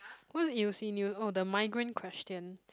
what is e_u_c new oh the migrant question